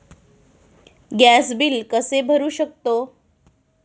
Gas bill कसे भरू शकतो?